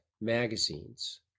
magazines